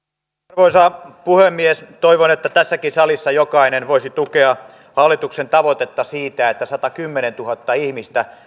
arvoisa puhemies toivon että tässäkin salissa jokainen voisi tukea hallituksen tavoitetta siitä että satakymmentätuhatta ihmistä